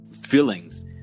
feelings